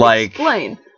explain